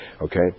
okay